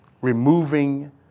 removing